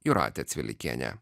jūratė cvilikienė